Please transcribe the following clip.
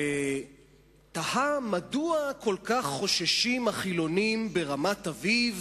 ותהה מדוע כל כך חוששים החילונים ברמת-אביב